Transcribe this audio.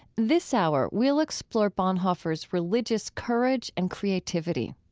this hour we'll explore bonhoeffer's religious courage and creativity.